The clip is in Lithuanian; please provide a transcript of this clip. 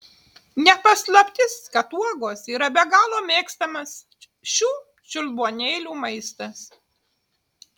ne paslaptis kad uogos yra be galo mėgstamas šių čiulbuonėlių maistas